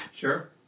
Sure